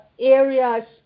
areas